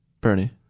bernie